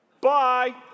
Bye